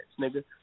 nigga